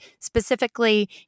specifically